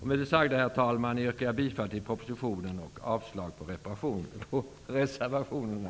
Med det sagda, herr talman, yrkar jag bifall till propositionen och avslag på reservationerna.